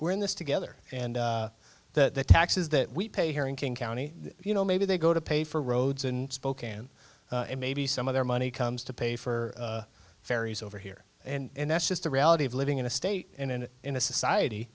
we're in this together and that the taxes that we pay here in king county you know maybe they go to pay for roads in spokane maybe some of their money comes to pay for ferries over here and that's just the reality of living in a state in an in a society